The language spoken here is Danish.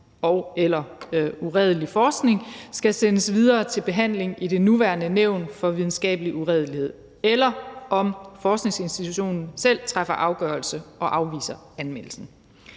og/eller uredelig forskning skal sendes videre til behandling i det nuværende Nævnet for Videnskabelig Uredelighed, eller om forskningsinstitutionen selv træffer afgørelse og afviser anmeldelsen.